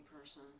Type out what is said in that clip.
person